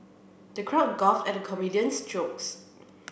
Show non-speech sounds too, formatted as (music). the crowd (unintelligible) at the comedian's jokes